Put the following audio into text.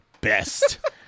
best